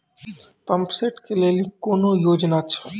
Pump set केलेली कोनो योजना छ?